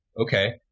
okay